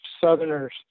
Southerners